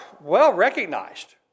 well-recognized